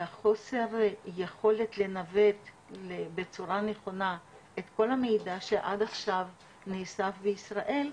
והחוסר יכולת לנווט בצורה נכונה את כל המידע שעד עכשיו נאסף בישראל,